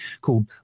called